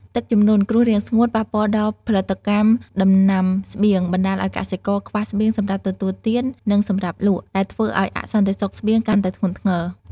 ទឹកជំនន់ គ្រោះរាំងស្ងួត ប៉ះពាល់ដល់ផលិតកម្មដំណាំស្បៀង បណ្តាលឱ្យកសិករខ្វះស្បៀងសម្រាប់ទទួលទាន និងសម្រាប់លក់ ដែលធ្វើឱ្យអសន្តិសុខស្បៀងកាន់តែធ្ងន់ធ្ងរ។